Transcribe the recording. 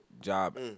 job